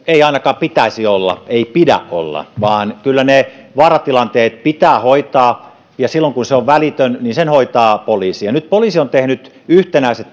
ei ainakaan pitäisi olla ei pidä olla vaan kyllä ne vaaratilanteet pitää hoitaa ja silloin kun vaara on välitön sen hoitaa poliisi nyt poliisi on tehnyt yhtenäiset